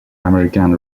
american